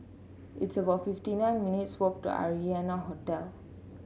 it's about fifty nine minutes' walk to Arianna Hotel